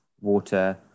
water